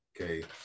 Okay